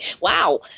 Wow